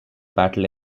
battle